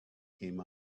came